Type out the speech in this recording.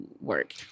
work